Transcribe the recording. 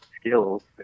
skills